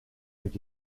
mit